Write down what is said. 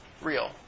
real